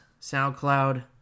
SoundCloud